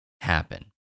happen